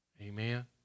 Amen